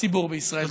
בציבור בישראל.